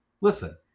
listen